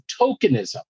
tokenism